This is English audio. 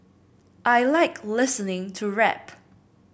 I like listening to rap